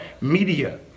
media